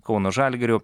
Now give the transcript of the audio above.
kauno žalgiriu